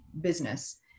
business